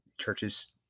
churches